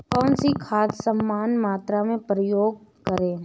कौन सी खाद समान मात्रा में प्रयोग करें?